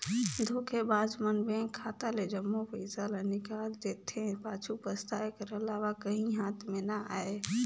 धोखेबाज मन बेंक खाता ले जम्मो पइसा ल निकाल जेथे, पाछू पसताए कर अलावा काहीं हाथ में ना आए